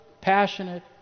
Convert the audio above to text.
passionate